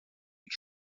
que